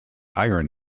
iron